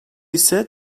ise